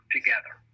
together